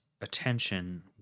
attention